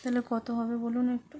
তাহলে কত হবে বলুন একটু